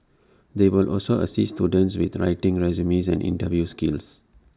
they will also assist students with writing resumes and interview skills